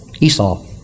Esau